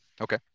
Okay